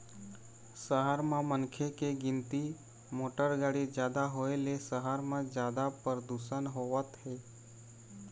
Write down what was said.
सहर म मनखे के गिनती, मोटर गाड़ी जादा होए ले सहर म जादा परदूसन होवत हे